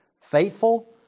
Faithful